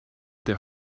their